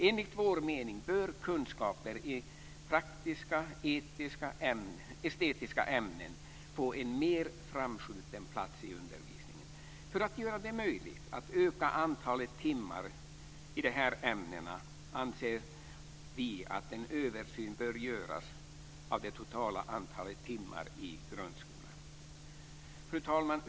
Enligt vår mening bör kunskaper i praktiska och estetiska ämnen få en mer framskjuten plats i undervisningen. För att göra det möjligt att öka antalet timmar i de här ämnena anser vi att en översyn bör göras av det totala antalet timmar i grundskolan. Fru talman!